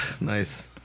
Nice